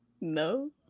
No